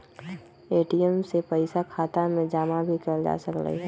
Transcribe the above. ATM से पइसा खाता में जमा भी कएल जा सकलई ह